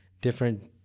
different